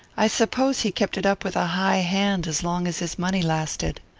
i suppose he kept it up with a high hand, as long as his money lasted.